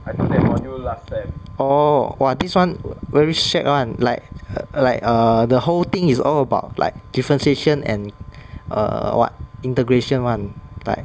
orh !wah! this one ve~ very shag [one] like err like err the whole thing is all about like differentiation and err what integration [one] like